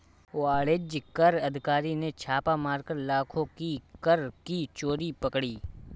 वाणिज्य कर अधिकारी ने छापा मारकर लाखों की कर की चोरी पकड़ी